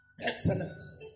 excellence